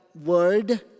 word